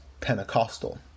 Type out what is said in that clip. Pentecostal